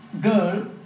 girl